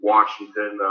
Washington